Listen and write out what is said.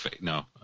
no